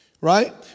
right